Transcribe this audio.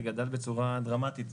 זה גדל בצורה דרמטית,